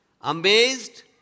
amazed